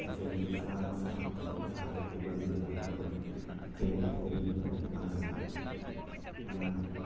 इसोरनि फारसे आरज गाबदों जाहाथे कभिड नाइन्टिना थाबैनो बे बुहुमनिफ्राय आनज्राय लाङो मानोना